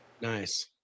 Nice